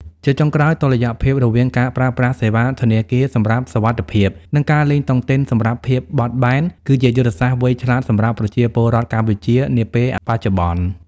ជាចុងក្រោយ តុល្យភាពរវាងការប្រើប្រាស់សេវាធនាគារសម្រាប់សុវត្ថិភាព និងការលេងតុងទីនសម្រាប់ភាពបត់បែន គឺជាយុទ្ធសាស្ត្រវៃឆ្លាតសម្រាប់ប្រជាពលរដ្ឋកម្ពុជានាពេលបច្ចុប្បន្ន។